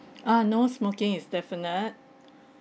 ah no smoking is definite